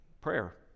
Prayer